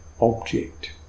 object